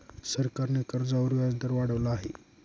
सरकारने कर्जावर व्याजदर वाढवला आहे